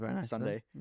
Sunday